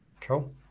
Cool